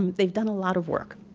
they've done a lot of work.